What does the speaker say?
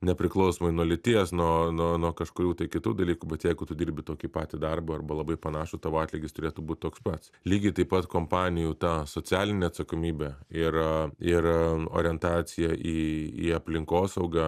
nepriklausomai nuo lyties nuo nuo nuo kažkurių tai kitų dalykų bet jeigu tu dirbi tokį patį darbą arba labai panašų tavo atlygis turėtų būt toks pats lygiai taip pat kompanijų ta socialinė atsakomybė ir ir orientacija į į aplinkosaugą